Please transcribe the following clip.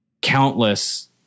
countless